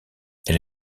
elle